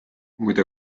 muide